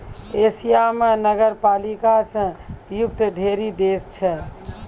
Asia म नगरपालिका स युक्त ढ़ेरी देश छै